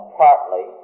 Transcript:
partly